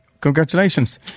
congratulations